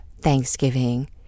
Thanksgiving